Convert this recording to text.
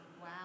Wow